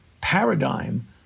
paradigm